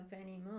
anymore